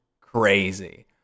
crazy